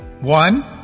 One